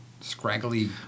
scraggly